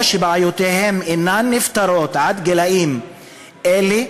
או שבעיותיהם אינן נפתרות עד גילים אלה,